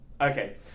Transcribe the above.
Okay